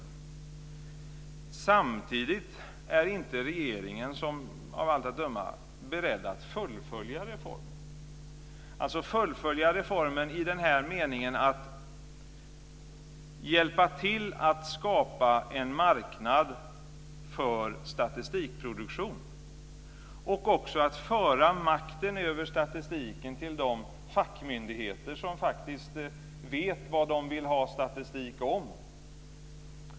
Men samtidigt är regeringen inte av allt att döma beredd att fullfölja reformen i meningen att hjälpa till att skapa en marknad för statistikproduktion och att föra makten över statistiken till de fackmyndigheter som faktiskt vet vad de vill ha statistik om.